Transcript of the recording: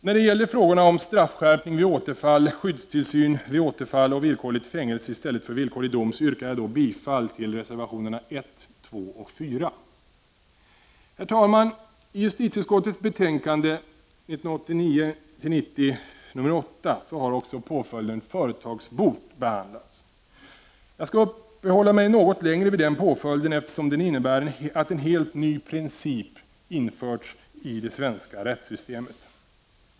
När det gäller frågorna om straffskärpning vid återfall, skyddstillsyn vid återfall och villkorligt fängelse i stället för villkorlig dom yrkar jag bifall till reservationerna 1, 2 och 4. Herr talman! I justitieutskottets betänkande 1989/90:JuU8 har också påföljden företagsbot behandlats. Jag skall uppehålla mig något längre vid den påföljden, eftersom den innebär att en helt ny princip införts i det svenska rättssystemet.